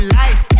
life